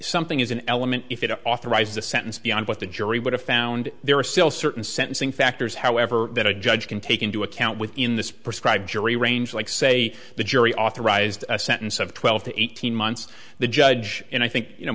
something is an element if it authorizes a sentence beyond what the jury would have found there are still certain sentencing factors however that a judge can take into account within this prescribed jury range like say the jury authorized a sentence of twelve to eighteen months the judge and i think you know